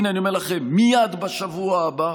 הינה, אני אומר לכם, מייד בשבוע הבא,